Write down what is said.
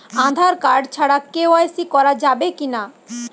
Aadhaar card ছাড়া KYC করা যাবে কি না?